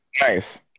Nice